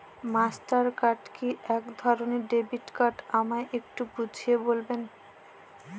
Master card কি একধরণের debit card আমায় একটু বুঝিয়ে বলবেন?